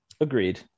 agreed